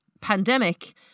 pandemic